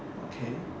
okay